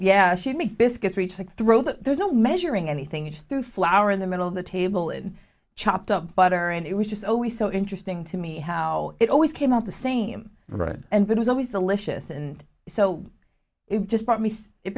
yeah she'd make biscuits rechecks throw there's no measuring anything just through flour in the middle of the table and chop the butter and it was just always so interesting to me how it always came out the same right and that was always delicious and so it just brought me it